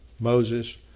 Moses